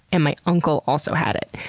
and my uncle also had it.